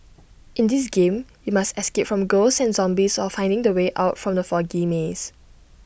in this game you must escape from ghosts and zombies while finding the way out from the foggy maze